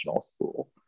school